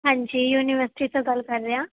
ਹਾਂਜੀ ਯੂਨੀਵਰਸਿਟੀ ਤੋਂ ਗੱਲ ਕਰ ਰਹੇ ਹਾਂ